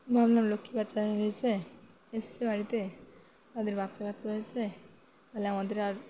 ভাবলাম লক্ষ্মীপ্যাঁচা হয়েছে এসেছে বাড়িতে তাদের বাচ্চাকাচ্চা হয়েছে তাহলে আমাদের আর